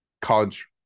college